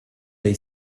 dai